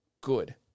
good